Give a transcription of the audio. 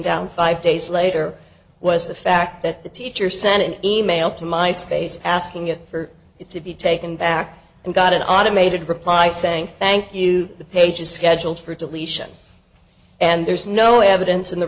down five days later was the fact that the teacher sent an e mail to my space asking for it to be taken back and got an automated reply saying thank you the page is scheduled for deletion and there's no evidence in the